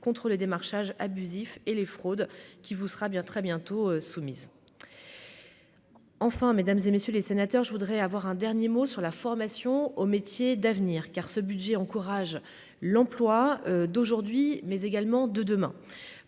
contre le démarchage abusif et les fraudes qui vous sera bien très bientôt soumise enfin, mesdames et messieurs les sénateurs, je voudrais avoir un dernier mot sur la formation aux métiers d'avenir car ce budget encourage l'emploi d'aujourd'hui, mais également de demain